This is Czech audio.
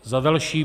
Za další.